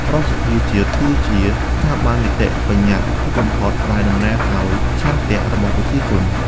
រដ្ឋសភាជាតិ គឺជាស្ថាប័ននីតិបញ្ញត្តិខ្ពស់បំផុតដែលតំណាងឱ្យឆន្ទៈរបស់ប្រជាជន។